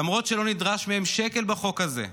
למרות שלא נדרש מהם שקל בחוק הזה,